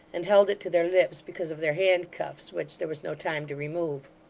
and held it to their lips, because of their handcuffs which there was no time to remove.